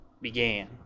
began